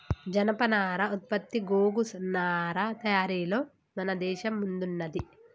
జనపనార ఉత్పత్తి గోగు నారా తయారీలలో మన దేశం ముందున్నది